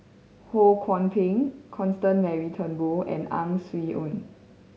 Ho Kwon Ping Constance Mary Turnbull and Ang Swee Aun